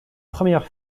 première